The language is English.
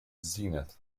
zenith